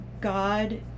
God